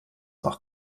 noch